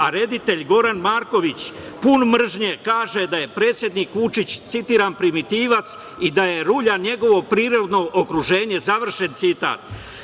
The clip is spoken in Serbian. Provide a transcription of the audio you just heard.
A reditelj Goran Marković, pun mržnje da je predsednik Vučić, citiram – primitivac i da je rulja njegovo prirodno okruženje, završen citat.